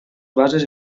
bases